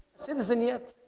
citizen yet